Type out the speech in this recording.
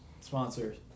Sponsors